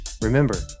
Remember